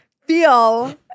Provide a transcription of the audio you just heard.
Feel